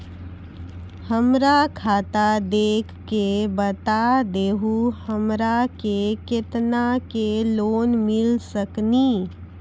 हमरा खाता देख के बता देहु हमरा के केतना के लोन मिल सकनी?